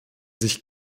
sich